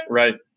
right